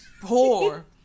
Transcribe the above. Poor